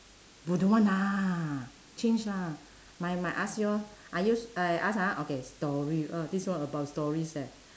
bo don't want lah change lah my my ask you lor are you eh I ask ah okay story uh this one about stories eh